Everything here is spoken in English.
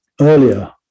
earlier